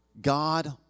God